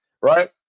right